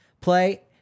play